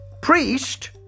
Priest